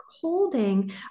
holding